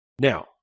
Now